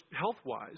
health-wise